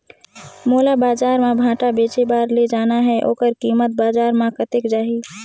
मोला बजार मां भांटा बेचे बार ले जाना हे ओकर कीमत बजार मां कतेक जाही?